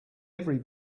every